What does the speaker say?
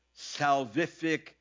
salvific